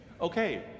Okay